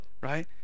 right